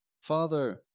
Father